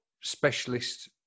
specialist